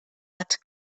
hat